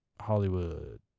Hollywood